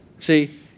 See